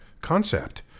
concept